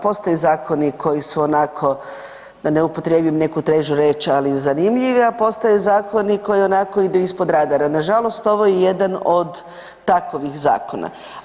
Postoje zakoni koji su onako da ne upotrijebim neku težu riječ, ali zanimljivi, a postoje zakoni koji i onako idu ispod radara, nažalost ovo je jedan od takovih zakona.